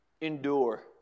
Endure